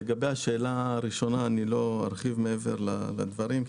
לגבי השאלה הראשונה לא ארחיב מעבר לדברים,